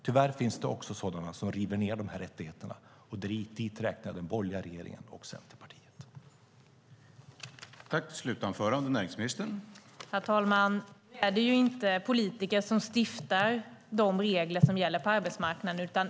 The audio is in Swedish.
Tyvärr finns det också sådana som river ned dessa rättigheter, och dit räknar jag den borgerliga regeringen och Centerpartiet.